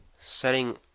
Setting